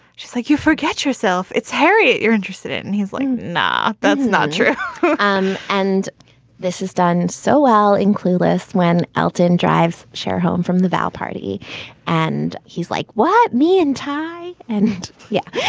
she's like, you forget yourself. it's harriet you're interested in. he's like, nah, that's not true um and this is done so well in clueless when elton drives cher home from the val party and he's like, what? me and tie and. yeah.